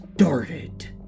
started